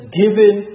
given